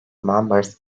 members